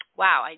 wow